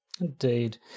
Indeed